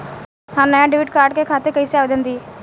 हम नया debit card के खातिर कइसे आवेदन दीं?